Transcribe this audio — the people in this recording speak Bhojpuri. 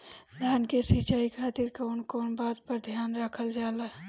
धान के सिंचाई खातिर कवन कवन बात पर ध्यान रखल जा ला?